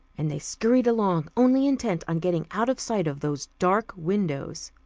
and they scurried along, only intent on getting out of sight of those dark windows.